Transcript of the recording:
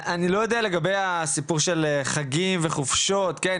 אני לא יודע לגבי הסיפור של חגים וחופשות, כן?